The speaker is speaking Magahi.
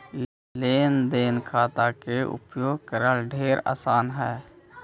लेन देन खाता के उपयोग करल ढेर आसान हई